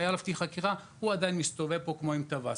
היה לגביו תיק חקירה הוא עדיין מסתובב פה כמו טווס".